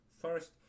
first